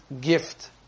gift